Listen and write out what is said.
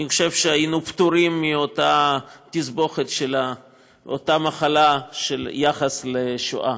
אני חושב שהיינו פטורים מאותה תסבוכת של אותה מחלה של יחס לשואה.